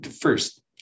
first